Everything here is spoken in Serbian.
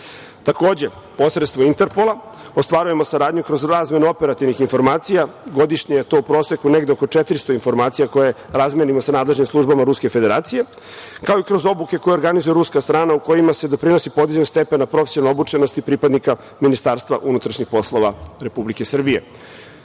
posredstvom Interpola ostvarujemo saradnju kroz razmenu operativnih informacija. Godišnje je to u proseku negde oko 400 informacija koje razmenimo sa nadležnim službama Ruske Federacije, kao i kroz obuke koje organizuje ruska strana u kojima se doprinosi podizanju stepena profesionalne obučenosti pripadnika Ministarstva unutrašnjih poslova Republike Srbije. Kao